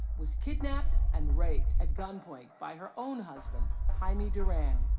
was kidnapped and raped at gun point by her own husband, jaime duran.